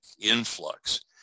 influx